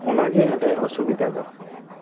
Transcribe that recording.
ᱚᱱᱟ ᱜᱮ ᱟᱞᱮᱭᱟᱜ ᱚᱥᱩᱵᱤᱫᱟ ᱫᱚ